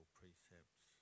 precepts